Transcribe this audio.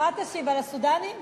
תשיב על הסודנים?